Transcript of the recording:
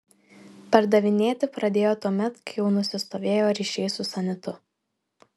pardavinėti pradėjo tuomet kai jau nusistovėjo ryšiai su sanitu